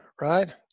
right